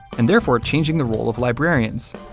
and therefore changing the role of librarians.